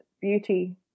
beauty